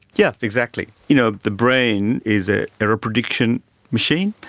yes, exactly. you know, the brain is an error prediction machine,